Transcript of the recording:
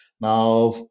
Now